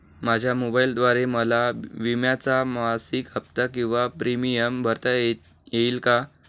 माझ्या मोबाईलद्वारे मला विम्याचा मासिक हफ्ता किंवा प्रीमियम भरता येईल का?